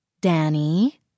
Danny